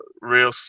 real